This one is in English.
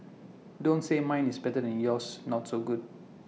don't say mine is better than yours not so good